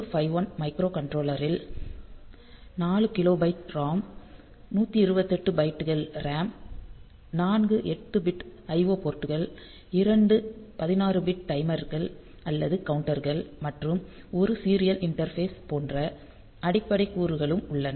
8051 மைக்ரோகண்ட்ரோலரில் 4 kilobyte ROM 128 பைட்டுகள் RAM நான்கு 8 பிட் IO போர்ட்கள் இரண்டு 16 பிட் டைமர்கள் அல்லது கவுண்டர்கள் மற்றும் ஒரு சீரியல் இண்டர்பேஷ் போன்ற அடிப்படை கூறுகளும் உள்ளன